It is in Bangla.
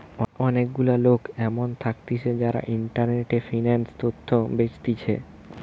অনেক গুলা লোক এমন থাকতিছে যারা ইন্টারনেটে ফিন্যান্স তথ্য বেচতিছে